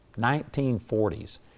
1940s